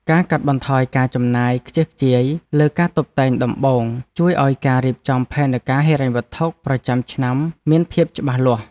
ការកាត់បន្ថយការចំណាយខ្ជះខ្ជាយលើការតុបតែងដំបូងជួយឱ្យការរៀបចំផែនការហិរញ្ញវត្ថុប្រចាំឆ្នាំមានភាពច្បាស់លាស់។